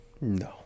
No